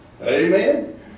Amen